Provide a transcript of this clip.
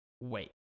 wait